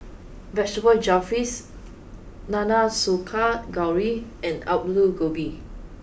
vegetable Jalfrezi Nanakusa gayu and Alu Gobi